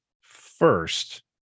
first